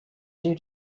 due